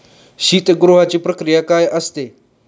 शीतगृहाची प्रक्रिया काय असते?